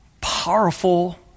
powerful